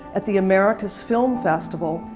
at the americas film festival.